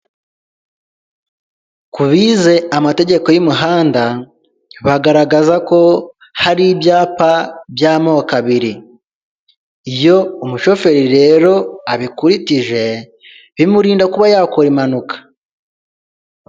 Ku bize amategeko y'umuhanda bagaragaza ko hari ibyapa by'amoko abiri .Iyo umushoferi rero abikurikije bimurinda kuba yakora impanuka.